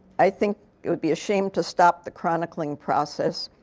i think it would be a shame to stop the chronicling process.